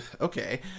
okay